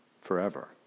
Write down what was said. forever